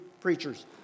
preachers